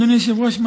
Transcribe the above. אדוני היושב-ראש,